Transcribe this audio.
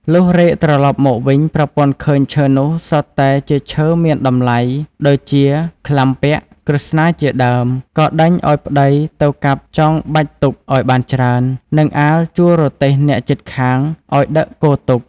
លុះរែកត្រឡប់មកវិញ ប្រពន្ធឃើញឈើនោះសុទ្ធតែជាឈើមានតម្លៃ ដូចជាក្លាំពាក់ ក្រឹស្នាជាដើម ក៏ដេញឱ្យប្តីទៅកាប់ចងបាច់ទុកឱ្យបានច្រើន នឹងអាលជួលរទេះអ្នកជិតខាងឱ្យដឹកគរទុក។